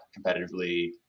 competitively